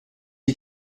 die